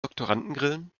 doktorandengrillen